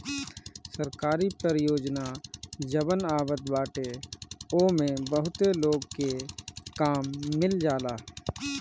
सरकारी परियोजना जवन आवत बाटे ओमे बहुते लोग के काम मिल जाला